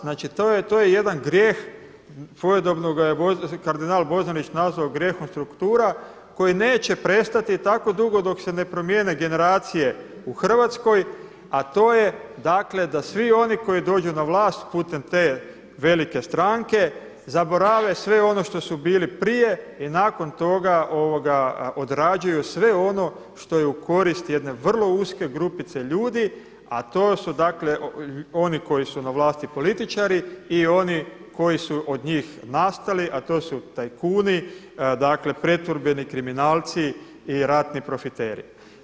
Znači to je jedan grijeh svojedobno ga je kardinal Bozanić nazvao grijehom struktura koji neće prestati tako dugo dok se promijene generacije u Hrvatskoj, a to je da svi oni koji dođu na vlast putem te velike stranke zaborava sve ono što su bili prije i nakon toga odrađuju sve ono što je u korist jedne vrlo uske grupice ljudi, a to su oni koji su na vlasti političari i oni koji su od njih nastali, a to su tajkuni, pretvorbeni kriminalci i ratni profiteri.